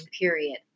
period